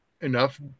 enough